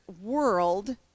world